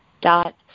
dot